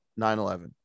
9-11